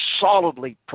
solidly